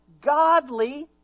godly